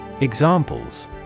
Examples